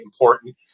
important